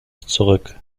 zurück